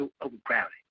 Overcrowded